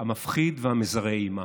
המפחיד ומזרה האימה.